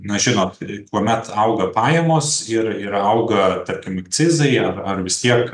na žinot kuomet auga pajamos ir ir auga tarkim akcizai ar ar vis tiek